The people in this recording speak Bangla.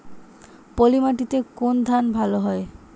পলিমাটিতে কোন ধান ভালো হয়?